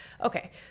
Okay